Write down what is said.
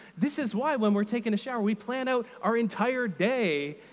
this is why when we're taking a shower, we plan out our entire day,